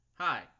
Hi